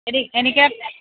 ശരി എനിക്ക്